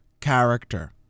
character